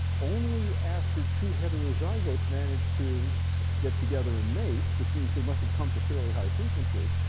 only after two heterozygotes manage to get together and mate, which means they must have come to fairly high frequency,